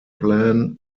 plan